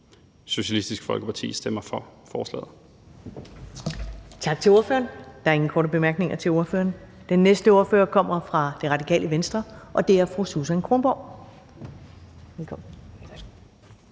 Socialistisk Folkeparti stemmer for forslaget.